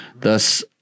thus